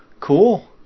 Cool